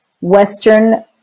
Western